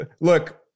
Look